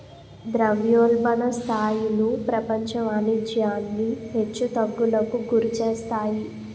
ద్రవ్యోల్బణ స్థాయిలు ప్రపంచ వాణిజ్యాన్ని హెచ్చు తగ్గులకు గురిచేస్తాయి